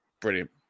Brilliant